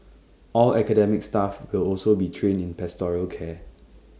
all academic staff will also be trained in pastoral care